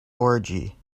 orgy